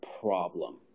problem